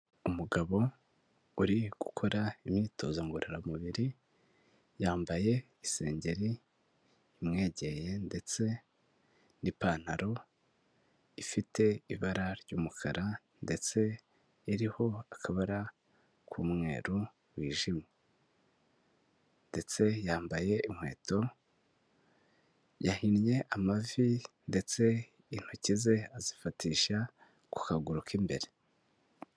Umugabo uri gukora imyitozo ngororamubiri yambaye isengeri imwegeye ndetse n'ipantaro ifite ibara ry'umukara ndetse iriho akabara k'umweruru wijimye ndetse yambaye inkweto yahinnye amavi ndetse intoki ze azifatisha ku kaguru k'imbere.